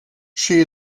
she